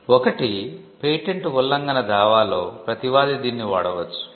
ఒకటి పేటెంట్ ఉల్లంఘన దావాలో ప్రతివాది దీనిని వాడవచ్చు